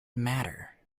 matter